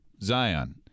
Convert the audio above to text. Zion